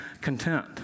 content